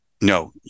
no